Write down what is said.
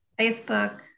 Facebook